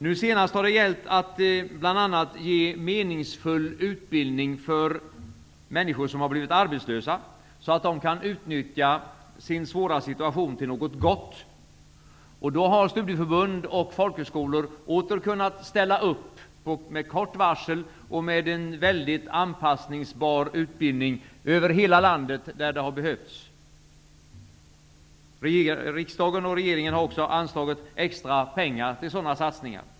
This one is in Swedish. Nu senast har det bl.a. gällt att ge meningsfull utbildning till människor som har blivit arbetslösa, så att de kan utnyttja sin svåra situation till något gott. Då har studieförbund och folkhögskolor åter kunnat ställa upp med kort varsel och med en mycket anpassningsbar utbildning över hela landet, där det har behövts. Riksdagen och regeringen har också anslagit extra pengar till sådana satsningar.